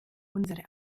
unsere